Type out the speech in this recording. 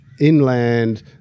inland